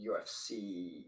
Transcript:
UFC